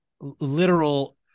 literal